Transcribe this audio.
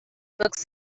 books